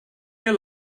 mir